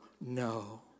no